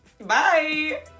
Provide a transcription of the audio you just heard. Bye